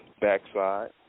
backside